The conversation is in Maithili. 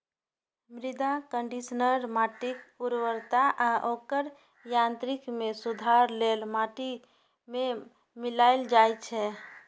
मृदा कंडीशनर माटिक उर्वरता आ ओकर यांत्रिकी मे सुधार लेल माटि मे मिलाएल जाइ छै